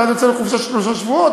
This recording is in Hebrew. ואז יוצאים לחופשה של שלושה שבועות,